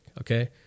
Okay